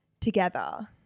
together